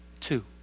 Two